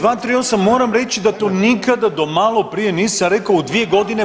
238., moram reći da to nikada do maloprije nisam rekao u dvije godine.